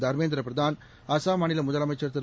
தர்மேந்திர பிரதான் அனாம் மாநில முதலமைச்சர் திரு